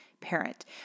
parent